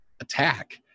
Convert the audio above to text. attack